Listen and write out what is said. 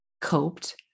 coped